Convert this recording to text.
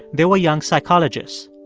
they were young psychologists.